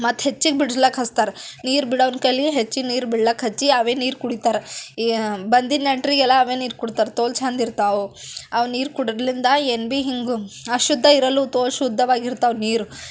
ಮತ್ತೆ ಹೆಚ್ಚಿಗೆ ಬಿಡಿಸ್ಲಿಕ್ಕ ಹಚ್ತಾರೆ ನೀರು ಬಿಡೋವ್ನ ಕೈಲಿ ಹೆಚ್ಚಿನ ನೀರು ಬಿಡ್ಲಿಕ್ಕ ಹಚ್ಚಿ ಅವೇ ನೀರು ಕುಡಿತಾರೆ ಈ ಬಂದಿದ್ದ ನೆಂಟರಿಗೆಲ್ಲ ಅವೇ ನೀರು ಕೊಡ್ತಾರೆ ತೋಲು ಚಂದ ಇರ್ತವ ಅವು ಅವು ನೀರು ಕುಡಿದ್ರ್ಲಿಂದ ಏನು ಭಿ ಹೀಗೆ ಅಶುದ್ಧ ಇರಲ್ಲು ತೋಲು ಶುದ್ಧ ಇರ್ತಾವ ನೀರು